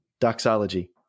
doxology